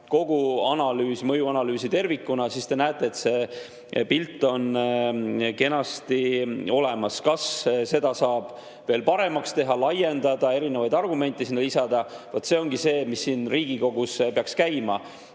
kogu mõjuanalüüsi tervikuna, siis näete, et see pilt on kenasti olemas. Kas seda saab veel paremaks teha, laiendada, erinevaid argumente sinna lisada? Vot see ongi see, mis siin Riigikogus peaks käima.